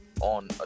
on